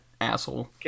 asshole